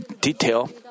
detail